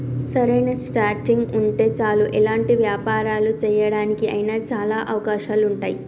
సరైన స్టార్టింగ్ ఉంటే చాలు ఎలాంటి వ్యాపారాలు చేయడానికి అయినా చాలా అవకాశాలు ఉంటాయి